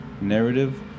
narrative